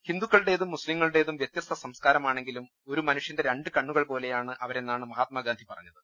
ഹിന്ദുക്കളുടെതും മുസ്ലിങ്ങളുടെതും വൃത്യസ്ഥ സംസ്കാരമാണെങ്കിലും ഒരു മനുഷ്യന്റെ രണ്ട് കണ്ണുകൾ പോലെ യാണ് അവരെന്നാണ് മഹാത്മാഗാന്ധി പറഞ്ഞത്